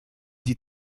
die